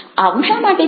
આવું શા માટે છે